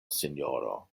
sinjoro